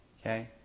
okay